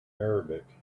arabic